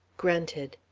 grunted,